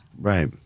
Right